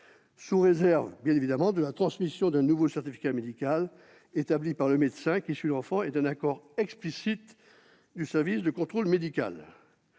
sous réserve de la transmission d'un nouveau certificat établi par le médecin qui suit l'enfant et d'un accord explicite du service du contrôle médical.